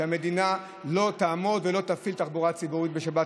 שהמדינה לא תעמוד ולא תפעיל תחבורה ציבורית בשבת,